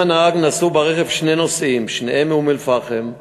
עם הנהג נסעו ברכב שני נוסעים, שניהם מאום-אלפחם.